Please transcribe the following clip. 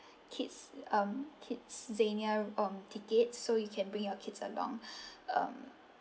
kids um kidzania um tickets so you can bring your kids along um